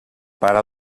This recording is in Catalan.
pare